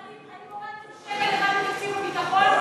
להגיד: אני הורדתי שקל אחד מתקציב הביטחון?